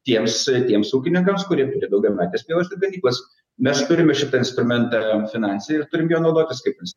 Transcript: tiems tiems ūkininkams kurie turi daugiametes pievas ir ganyklas mes turim į šitą instrumentą finansiją ir turim juo naudotis kaip ins